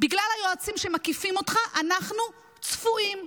בגלל היועצים שמקיפים אותך אנחנו צפויים.